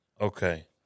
Okay